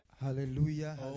hallelujah